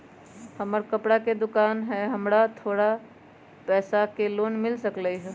हमर कपड़ा के दुकान है हमरा थोड़ा पैसा के लोन मिल सकलई ह?